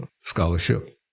scholarship